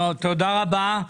תודה רבה.